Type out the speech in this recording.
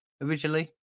originally